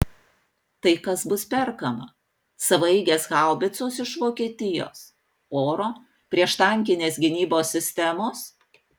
tai kas bus perkama savaeigės haubicos iš vokietijos oro prieštankinės gynybos sistemos